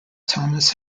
thomas